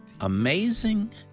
amazing